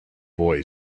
boy